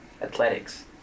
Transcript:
athletics